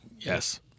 Yes